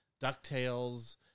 DuckTales